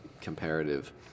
comparative